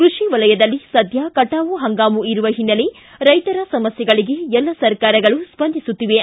ಕೃಷಿ ವಲಯದಲ್ಲಿ ಸದ್ಯ ಕಟಾವು ಪಂಗಾಮು ಇರುವ ಹಿನ್ನೆಲೆ ರೈತರ ಸಮಸ್ಯೆಗಳಿಗೆ ಎಲ್ಲ ಸರ್ಕಾರಗಳು ಸ್ಪಂದಿಸುತ್ತಿವೆ